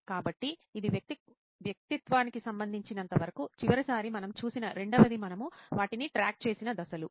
కాబట్టి ఇది వ్యక్తిత్వానికి సంబంధించినంతవరకు చివరిసారి మనం చూసిన రెండవది మనము వాటిని ట్రాక్ చేసిన దశలు